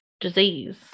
disease